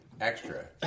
Extra